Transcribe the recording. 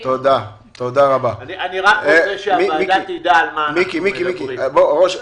אני רוצה שהוועדה תדע על מה אנחנו מדברים.